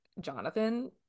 Jonathan